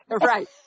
right